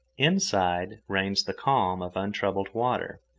inside reigns the calm of untroubled water,